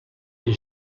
est